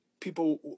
people